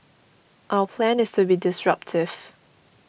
our plan is to be disruptive